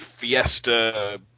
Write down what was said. Fiesta